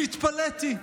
התפלאתי,